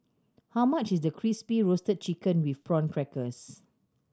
how much is Crispy Roasted Chicken with Prawn Crackers